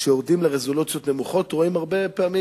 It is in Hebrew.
כשיורדים לרזולוציות נמוכות רואים הרבה פעמים